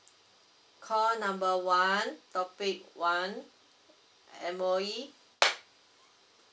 call number one topic one M_O_E